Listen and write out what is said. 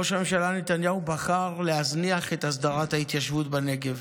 ראש הממשלה נתניהו בחר להזניח את הסדרת ההתיישבות בנגב.